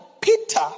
Peter